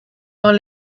dans